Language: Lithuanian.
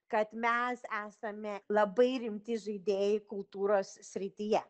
kad mes esame labai rimti žaidėjai kultūros srityje